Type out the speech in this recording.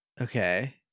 Okay